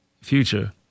future